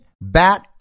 bat